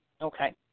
okay